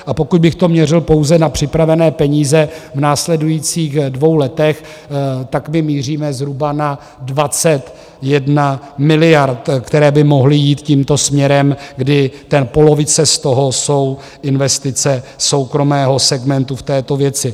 A pokud bych to měřil pouze na připravené peníze v následujících dvou letech, tak my míříme zhruba na 21 miliard, které by mohly jít tímto směrem, kdy polovice z toho jsou investice soukromého segmentu v této věci.